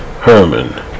Herman